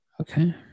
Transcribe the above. Okay